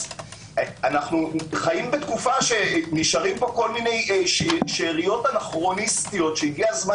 אנו חייבים בתקופה שנשארות פה שאריות אנכרוניסטיות שהגיע הזמן